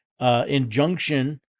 injunction